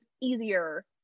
easier